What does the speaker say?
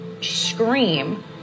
scream